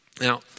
Now